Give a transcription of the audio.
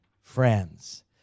friends